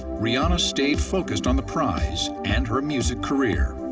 rihanna stayed focused on the prize and her music career.